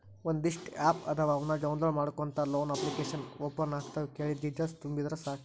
ಒಂದಿಷ್ಟ ಆಪ್ ಅದಾವ ಅವನ್ನ ಡೌನ್ಲೋಡ್ ಮಾಡ್ಕೊಂಡ ಲೋನ ಅಪ್ಲಿಕೇಶನ್ ಓಪನ್ ಆಗತಾವ ಕೇಳಿದ್ದ ಡೇಟೇಲ್ಸ್ ತುಂಬಿದರ ಸಾಕ